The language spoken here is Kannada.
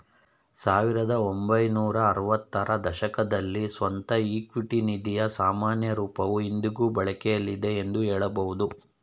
ಸಾವಿರದ ಒಂಬೈನೂರ ಆರವತ್ತ ರ ದಶಕದಲ್ಲಿ ಸ್ವಂತ ಇಕ್ವಿಟಿ ನಿಧಿಯ ಸಾಮಾನ್ಯ ರೂಪವು ಇಂದಿಗೂ ಬಳಕೆಯಲ್ಲಿದೆ ಎಂದು ಹೇಳಬಹುದು